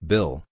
Bill